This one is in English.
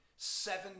Seven